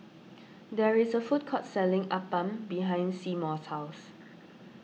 there is a food court selling Appam behind Seymour's house